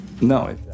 No